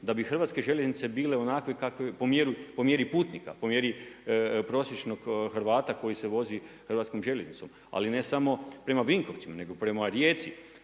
da bi hrvatske željeznice bile po mjeri putnika, po mjeri prosječnog Hrvata koji se vozi hrvatskom željeznicom, ali ne samo prema Vinkovcima, nego prema Rijeci,